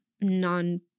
non